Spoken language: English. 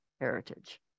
heritage